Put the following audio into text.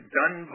done